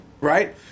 right